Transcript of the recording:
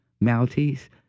Maltese